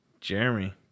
jeremy